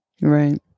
Right